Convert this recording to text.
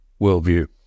worldview